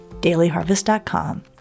dailyharvest.com